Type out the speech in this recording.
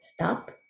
stop